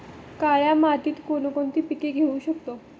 काळ्या मातीत कोणकोणती पिके घेऊ शकतो?